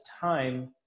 time